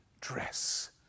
dress